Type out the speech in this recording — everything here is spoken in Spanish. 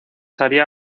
haría